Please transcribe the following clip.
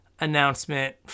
announcement